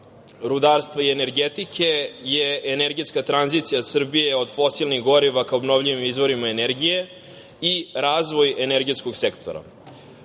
rudarstva i energetike je energetska tranzicija Srbije od fosilnih goriva ka obnovljivim izvorima energije i razvoj energetskog sektora.